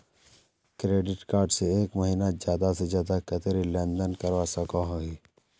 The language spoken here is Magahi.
क्रेडिट कार्ड से एक महीनात ज्यादा से ज्यादा कतेरी लेन देन करवा सकोहो ही?